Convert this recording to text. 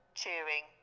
cheering